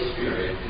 Spirit